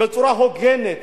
בצורה הוגנת,